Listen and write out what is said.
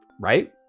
right